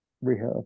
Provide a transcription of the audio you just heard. rehab